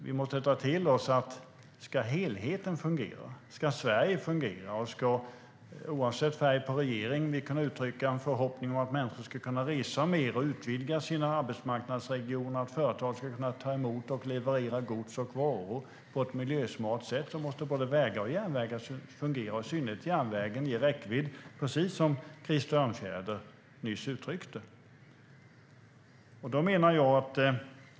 Vi måste ta till oss att om helheten ska fungera, om Sverige ska fungera - oavsett färg på regering - och om människor ska kunna resa mer och utvidga sina arbetsmarknadsregioner och företag kunna ta emot och leverera gods och varor på ett miljösmart sätt måste både vägar och järnvägar fungera. I synnerhet järnvägen har stor räckvidd, precis som Krister Örnfjäder nyss uttryckte.